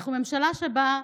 אנחנו ממשלה שבאה,